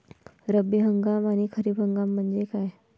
रब्बी हंगाम आणि खरीप हंगाम म्हणजे काय?